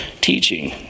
teaching